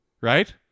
Right